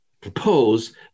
propose